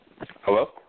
Hello